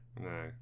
No